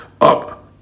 up